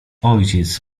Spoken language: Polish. ojciec